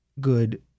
good